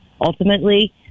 ultimately